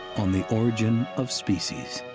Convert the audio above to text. on the origin of species.